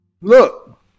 Look